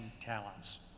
talents